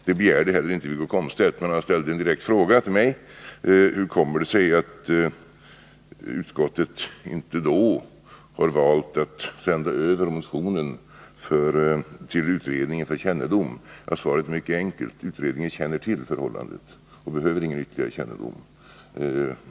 Det begärde inte heller Wiggo Komstedt, men han ställde en direkt fråga till mig: Hur kommer det sig då att utskottet inte har valt att sända över motionen till utredningen för kännedom? Svaret är mycket enkelt. Utredningen känner till förhållandet och behöver ingen ytterligare kännedom.